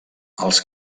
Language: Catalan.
els